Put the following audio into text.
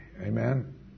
Amen